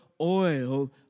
oil